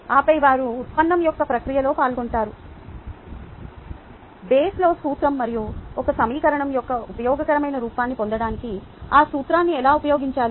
ఆపై వారు ఉత్పన్నం యొక్క ప్రక్రియలో పాల్గొంటారు బేసల్ సూత్రం మరియు ఒక సమీకరణం యొక్క ఉపయోగకరమైన రూపాన్ని పొందడానికి ఆ సూత్రాన్ని ఎలా ఉపయోగించాలి